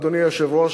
אדוני היושב-ראש,